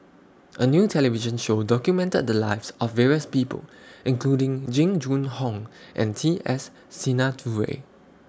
A New television Show documented The Lives of various People including Jing Jun Hong and T S Sinnathuray